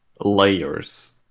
layers